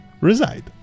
reside